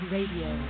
Radio